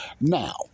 Now